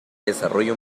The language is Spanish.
desarrollo